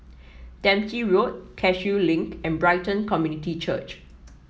Dempsey Road Cashew Link and Brighton Community Church